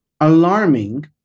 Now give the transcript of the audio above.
alarming